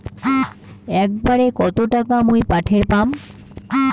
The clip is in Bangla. একবারে কত টাকা মুই পাঠের পাম?